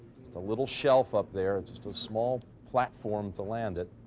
the little shelf up there, it's just a small platform to land it.